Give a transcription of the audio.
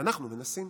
ואנחנו מנסים.